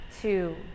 two